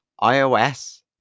iOS